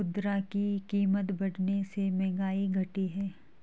मुद्रा की कीमत बढ़ने से महंगाई घटी है